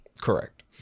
Correct